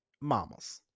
mamas